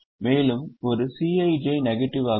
மேலும் ஒரு Cij நெகட்டிவாக இருக்கும்